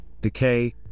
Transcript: decay